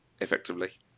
effectively